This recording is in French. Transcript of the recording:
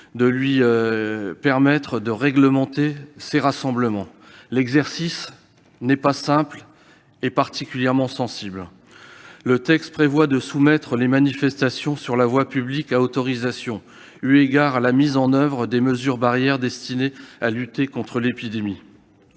la possibilité de réglementer ces rassemblements. L'exercice n'est pas simple, et il est particulièrement sensible ! Ainsi, le texte prévoit de soumettre les manifestations sur la voie publique à autorisation, eu égard à la mise en oeuvre des mesures barrières destinées à lutter contre l'épidémie.